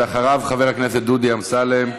אחריו, חבר הכנסת דודי אמסלם,